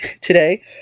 today